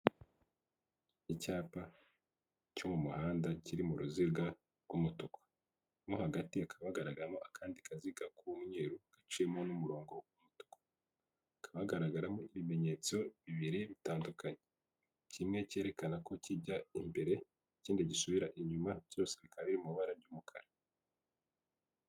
Icyapa cyo mu muhanda kiri mu ruziga rw'umutuku mo hagati hakaba hagaragaramo akandi kaziga k'umweru gaciwemo n'umurongo w'umutuku, hakaba hagaragaramo ibimenyetso bibiri bitandukanye, kimwe cyerekana ko kijya imbere, ikindi gisubira inyuma byose bikaba biri mu ibara ry'umukara.